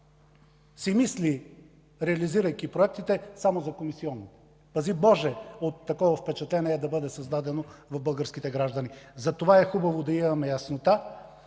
си мисли, реализирайки проектите само за комисиони. Пази Боже, такова впечатление да бъде създадено в българските граждани. Затова е хубаво да имаме яснота,